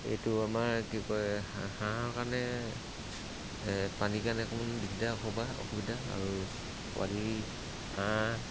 এইটো আমাৰ কি কয় হাঁহৰ কাৰণে পানী কাৰণে অকণমান দিগদাৰ অসোবা অসুবিধা আৰু পোৱালি হাঁহ